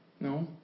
No